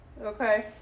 Okay